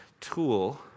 tool